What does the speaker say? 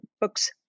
books